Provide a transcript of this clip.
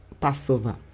Passover